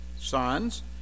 Sons